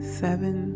seven